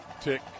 tick